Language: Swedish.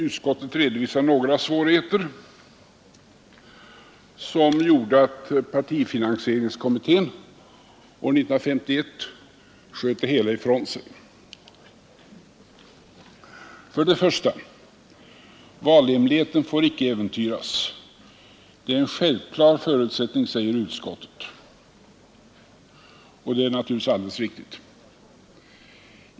Utskottet redovisar några svårigheter, som gjorde att partifinansieringskommittén år 1951 sköt det hela ifrån sig. Till att börja med får valhemligheten icke äventyras. Det är en självklar förutsättning, säger utskottet, och det är naturligtvis alldeles riktigt.